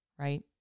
Right